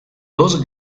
dos